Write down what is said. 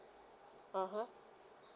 (uh huh)